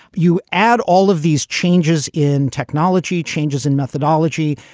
you add all of these changes in technology, changes in methodology,